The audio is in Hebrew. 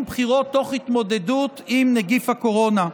בחירות תוך התמודדות עם נגיף הקורונה.